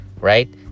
right